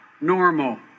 normal